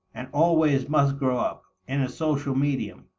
and always must grow up, in a social medium.